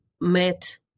met